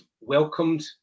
welcomed